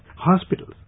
Hospitals